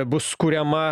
bus kuriama